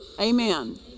Amen